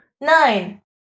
Nine